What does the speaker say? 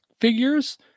figures